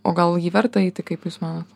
o gal jį verta eiti kaip išmanot